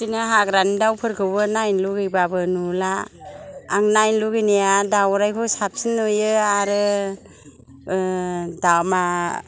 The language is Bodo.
बिदिनो हाग्रानि दावफोरखौबो नायनो लुबैबाबो नुला आं नायनो लुबैनाया दावरायखौ साबसिन नुयो आरो दामा